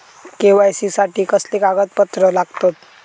KYC साठी कसली कागदपत्र लागतत?